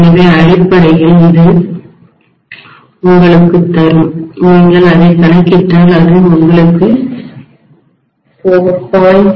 எனவே அடிப்படையில் இது உங்களுக்குத் தரும் நீங்கள் அதைக் கணக்கிட்டால் அது உங்களுக்கு 4